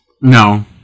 No